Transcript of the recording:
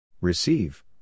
Receive